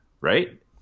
right